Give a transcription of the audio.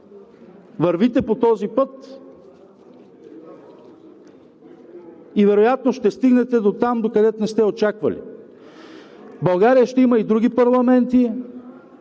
Вървите по този път и вероятно ще стигнете до там, докъдето не сте очаквали. България ще има и други парламенти